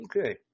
Okay